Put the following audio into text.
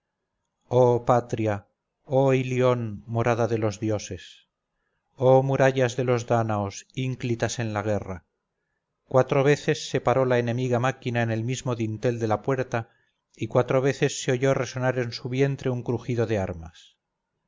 oh patria oh ilión morada de los dioses oh murallas de los dárdanos ínclitas en la guerra cuatro veces se paró la enemiga máquina en el mismo dintel de la puerta y cuatro veces se oyó resonar en su vientre un crujido de armas